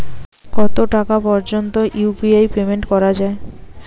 কত টাকা পর্যন্ত ইউ.পি.আই পেমেন্ট করা যায়?